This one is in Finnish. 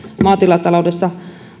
maatilataloudessa